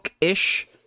ish